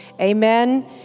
Amen